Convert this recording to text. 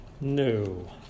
no